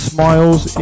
Smiles